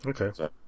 okay